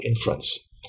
inference